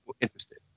interested